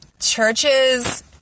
churches